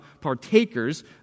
partakers